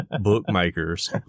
bookmakers